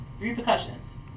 repercussions